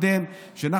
הקודם, שוסטר, פה.